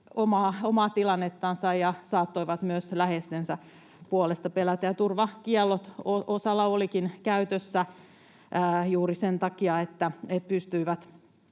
omaa tilannettansa ja saattoivat myös läheistensä puolesta pelätä. Turvakiellot osalla olivatkin käytössä juuri sen takia, että he pystyivät